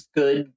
good